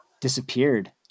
disappeared